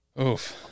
Oof